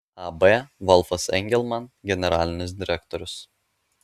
ab volfas engelman generalinis direktorius